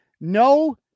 no